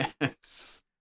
Yes